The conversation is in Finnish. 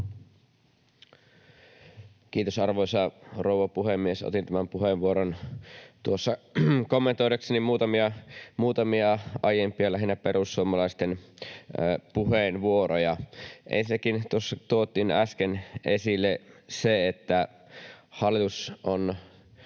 Kiitos, arvoisa rouva puhemies! Otin tämän puheenvuoron tuossa kommentoidakseni muutamia aiempia, lähinnä perussuomalaisten puheenvuoroja. Ensinnäkin tuossa tuotiin äsken esille se, että hallitus on